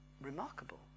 remarkable